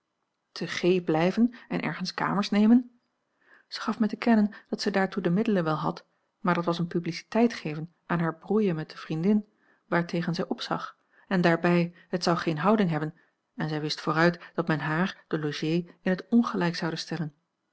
g blijven en ergens kamers nemen zij gaf mij te kennen dat zij daartoe de middelen wel had maar dat was eene publiciteit geven aan hare brouille met de vriendin waartegen zij opzag en daarbij het zou geene houding hebben en zij wist vooruit dat men haar de logée in het ongelijk zoude stellen